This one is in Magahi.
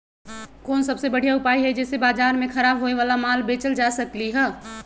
कोन सबसे बढ़िया उपाय हई जे से बाजार में खराब होये वाला माल बेचल जा सकली ह?